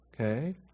okay